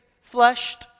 flushed